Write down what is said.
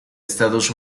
estados